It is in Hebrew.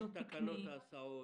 יש תקלות בהסעות.